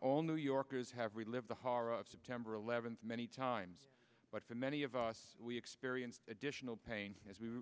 all new yorkers have relive the horror of september eleventh many times but for many of us we experienced additional pain as we